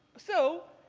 so,